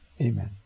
Amen